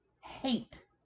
hate